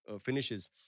finishes